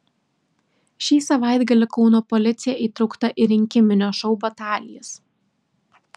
šį savaitgalį kauno policija įtraukta į rinkiminio šou batalijas